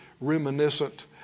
reminiscent